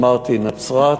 אמרתי נצרת,